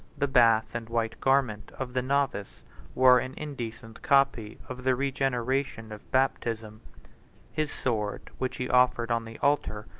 the bath and white garment of the novice were an indecent copy of the regeneration of baptism his sword, which he offered on the altar,